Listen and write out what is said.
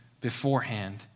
beforehand